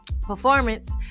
performance